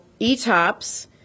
ETOPS